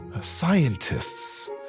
scientists